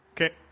Okay